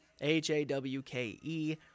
H-A-W-K-E